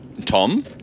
Tom